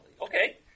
okay